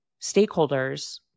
stakeholders